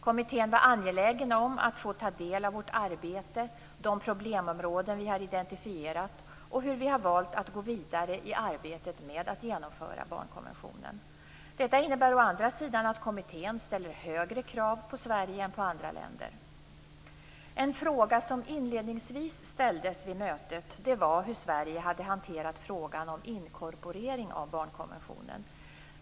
Kommittén var angelägen om att få ta del av vårt arbete, de problemområden vi har identifierat och hur vi har valt att gå vidare i arbetet med att genomföra barnkonventionen. Detta innebär å andra sidan att kommittén ställer högre krav på Sverige än på andra länder. En fråga som inledningsvis ställdes vid mötet var hur Sverige hade hanterat frågan om inkorporering av barnkonventionen.